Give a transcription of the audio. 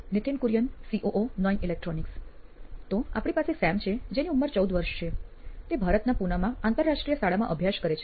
Nithin Kurian COO નોઇન electronics તો આપણી પાસે સેમ છે જેની ઉંમર ૧૪ વર્ષ છે તે ભારતના પુનામાં આંતરરાષ્ટ્રીય શાળામાં અભ્યાસ કરે છે